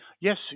yes